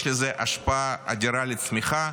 יש לזה השפעה אדירה על הצמיחה,